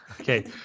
Okay